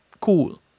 cool